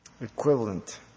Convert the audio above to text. Equivalent